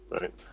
right